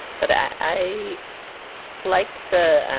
but i i liked the